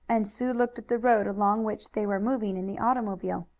and sue looked at the road along which they were moving in the automobile.